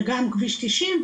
וגם כביש 90,